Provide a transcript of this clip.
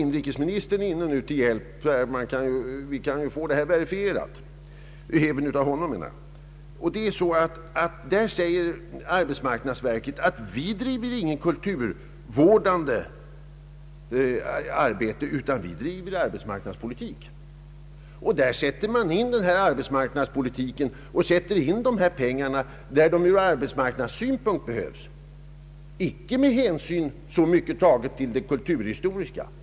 Inrikesministern, som också är närvarande, kan kanske också verifiera det förhållandet att man inom arbetsmarknadsverket inte ser som sin uppgift att utföra kulturvårdande arbete utan att man där vill bedriva arbetsmarknadspolitik. Dessa medel sätts därför in där de behövs från arbetsmarknadssynpunkt, icke så mycket med hänsyn till de kulturhistoriska värdena.